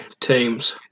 teams